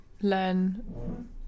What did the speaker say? learn